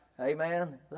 Amen